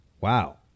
Wow